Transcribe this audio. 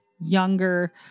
younger